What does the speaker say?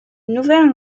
nouvelle